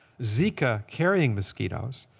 zika carrying mosquitoes,